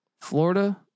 Florida